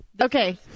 okay